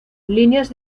líneas